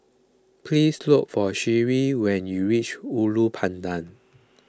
please look for Sheree when you reach Ulu Pandan